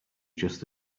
just